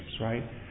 right